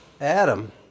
Adam